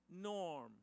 norm